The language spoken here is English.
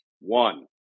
One